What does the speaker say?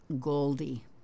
...goldie